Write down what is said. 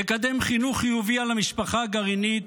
נקדם חינוך חיובי על המשפחה הגרעינית,